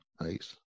nice